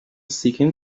seeking